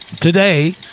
Today